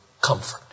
comfort